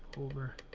over